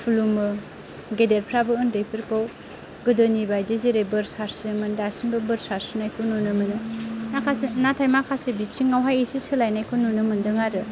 खुलुमो गेदेरफोराबो उन्दैफोरखौ गोदोनि बायदि जेरै बोर सारस्रियोमोन दासिमबो बोर सारस्रिनायखौ नुनो मोनो माखासे नाथाय माखासे बिथिंआवहाय एसे सोलायनायखौ नुनो मोनदों आरो